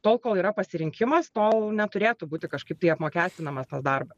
tol kol yra pasirinkimas tol neturėtų būti kažkaip tai apmokestinamas tas darba